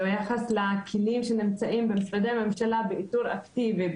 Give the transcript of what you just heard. ביחס לכלים שנמצאים במשרדי הממשלה באיתור אקטיבי,